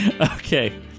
Okay